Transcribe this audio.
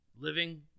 Living